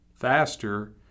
faster